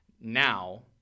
now